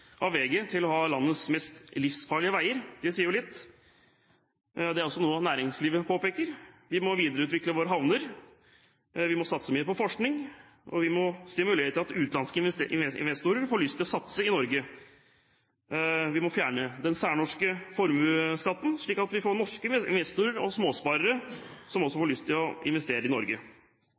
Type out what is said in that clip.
av VG til å være landets mest livsfarlige veier. Det sier jo litt. Det er også noe av det næringslivet påpeker. Vi må videreutvikle våre havner, vi må satse mer på forskning, og vi må stimulere til at utenlandske investorer får lyst til å satse i Norge. Vi må fjerne den særnorske formuesskatten, slik at vi får norske investorer og småsparere, som også får lyst til å investere i Norge.